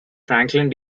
franklin